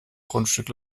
grundstück